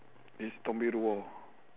it's